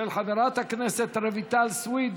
של חברי הכנסת רויטל סויד,